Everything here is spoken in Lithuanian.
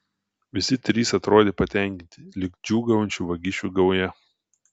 visi trys atrodė patenkinti lyg džiūgaujančių vagišių gauja